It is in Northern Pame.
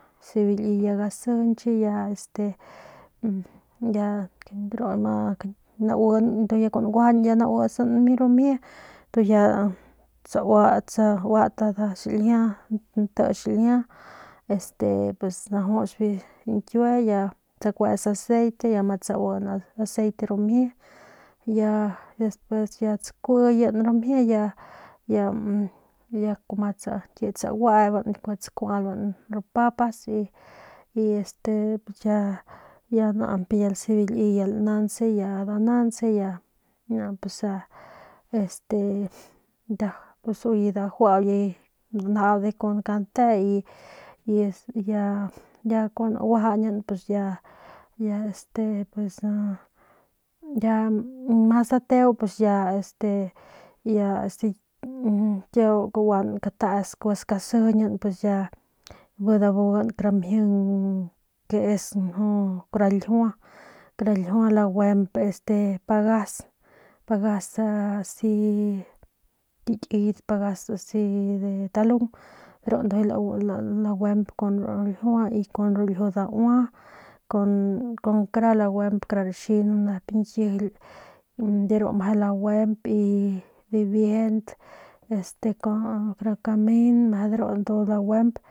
Ya nasebe bu liye ya gasijinche y este y ya de ru naits ru nmjie ya tsauat nda xiljia nti xiljia y este najuts biu ñkiue y ya tsakuets aceite y ya ma tsaui aceite ru mjie y ya despues ya tsakuyen ru mjie ya ya ma ñkie tsaguep y tsakuaban ru papas y este ya nañp ya lasebe liye ya lanauntset y ya danauntse ya pus este y uye danjaude kun kante y ya ya kun naguajañin ya ya este pus aa pus ya mas dateu pus ya este este kiau skagua skatesk gua skasijiñan bi dabugan kara mjing que es nju kara ljiua laguep pagas pagas asi ki kiyet pagas asi de talung ru ndujuy laguep ru ljiua kun ljiu daua con kara laguemp kara raxi nep ñkijily de ru meje laguep y dibiejent este kun kamen meje de ru laguemp.